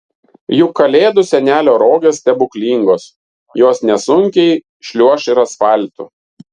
juk kalėdų senelio rogės stebuklingos jos nesunkiai šliuoš ir asfaltu